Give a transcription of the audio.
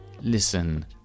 listen